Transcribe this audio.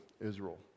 israel